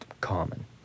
common